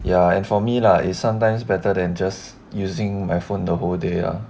ya and for me lah it's sometimes better than just using my phone the whole day ah